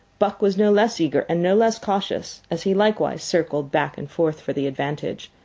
buck was no less eager, and no less cautious, as he likewise circled back and forth for the advantage.